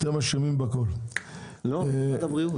אתם אשמים בכול --- משרד הבריאות.